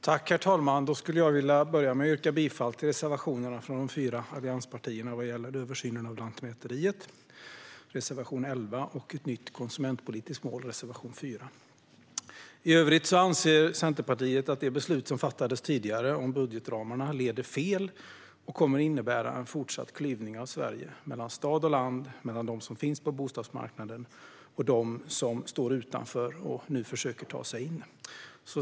Herr talman! Jag yrkar bifall till de fyra allianspartiernas gemensamma reservationer: reservation 11, som gäller översyn av Lantmäteriet, och reservation 4, som gäller ett nytt konsumentpolitiskt mål. I övrigt anser Centerpartiet att det beslut som fattades tidigare om budgetramarna leder fel och kommer att innebära en fortsatt klyvning av Sverige - mellan stad och land, mellan dem som finns på bostadsmarknaden och dem som står utanför och nu försöker ta sig in.